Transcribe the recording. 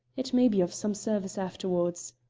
it may be of some service afterwards.